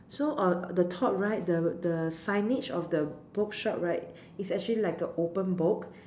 so uh the top right the the signage of the book shop right is actually like a open book